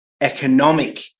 economic